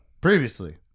Previously